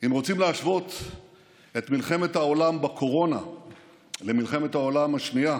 אם רוצים להשוות את מלחמת העולם בקורונה למלחמת העולם השנייה,